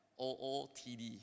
OOTD